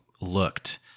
looked